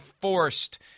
forced